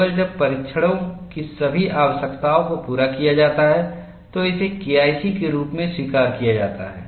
केवल जब परीक्षणों की सभी आवश्यकताओं को पूरा किया जाता है तो इसे KIC के रूप में स्वीकार किया जाता है